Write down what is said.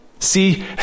See